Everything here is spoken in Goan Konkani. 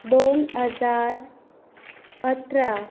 दोन हजार अठरा